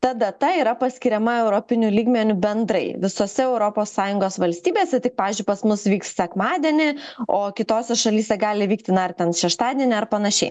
ta data yra paskiriama europiniu lygmeniu bendrai visose europos sąjungos valstybėse tik pavyzdžiui pas mus vyks sekmadienį o kitose šalyse gali vykti na ar ten šeštadienį ar panašiai